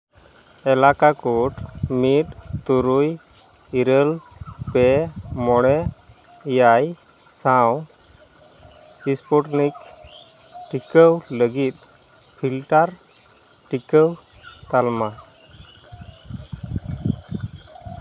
ᱮᱞᱟᱠᱟ ᱠᱳᱰ ᱢᱤᱫ ᱛᱩᱨᱩᱭ ᱤᱨᱟᱹᱞ ᱯᱮ ᱢᱚᱬᱮ ᱮᱭᱟᱭ ᱥᱟᱶ ᱥᱯᱩᱴᱱᱤᱠ ᱴᱤᱠᱟᱹ ᱞᱟᱹᱜᱤᱫ ᱯᱷᱤᱞᱴᱟᱨ ᱴᱤᱠᱟᱹ ᱛᱟᱞᱢᱟ